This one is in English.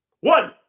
one